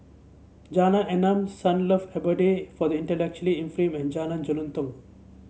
Jalan Enam Sunlove Abode for the Intellectually Infirmed and Jalan Jelutong